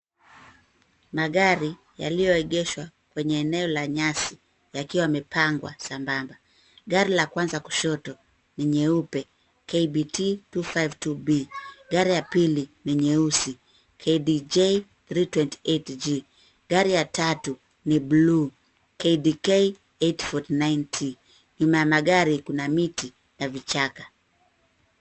Magari yaliyoegeshwa kwenye eneo la nyasi yakiwa yamepangwa sambamba. Gari la kwanza kushoto ni nyeupe, KBT-252B. Gari ya pili ni nyeusi, KDJ-328G. Gari ya tatu ni blue{cs}, KDK-849T. Nyuma ya magari kuna miti na vichaka.